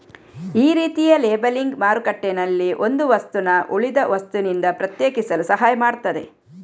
ಈ ರೀತಿಯ ಲೇಬಲಿಂಗ್ ಮಾರುಕಟ್ಟೆನಲ್ಲಿ ಒಂದು ವಸ್ತುನ ಉಳಿದ ವಸ್ತುನಿಂದ ಪ್ರತ್ಯೇಕಿಸಲು ಸಹಾಯ ಮಾಡ್ತದೆ